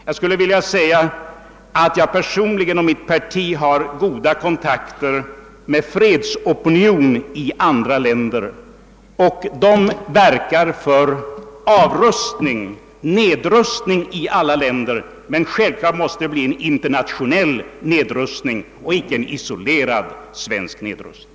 Jag skulle vilja säga att jag personligen och mitt parti har goda kontakter med fredsopinionen i andra länder, och denna fredsopinion verkar för nedrustning i alla länder. Självfallet måste våra ansträngningar ta sikte på en internationell nedrustning och icke en isolerad svensk avrustning.